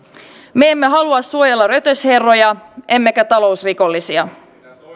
me emme halua suojella rötösherroja emmekä talousrikollisia